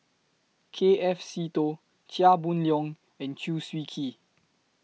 K F Seetoh Chia Boon Leong and Chew Swee Kee